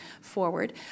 forward